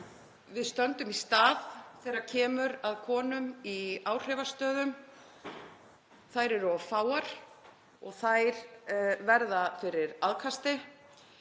við stöndum í stað þegar kemur að konum í áhrifastöðum. Þær eru of fáar og þær verða fyrir aðkasti.